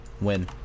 Win